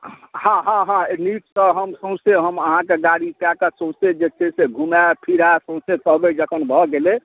हँ हँ हँ नीकसँ हम सौसे हम अहाँक गाड़ी कैकऽ सौसे जे छै से घुमाय फिराय सौसे कहबै जखन भऽ गेलै